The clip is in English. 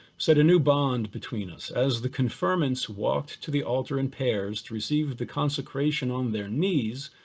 set a new bond between us, as the conferment's walked to the alter in pairs to receive the consecration on their knees,